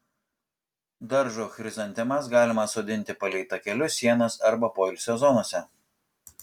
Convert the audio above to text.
daržo chrizantemas galima sodinti palei takelius sienas arba poilsio zonose